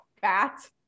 fat